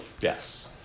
yes